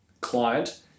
client